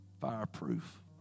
fireproof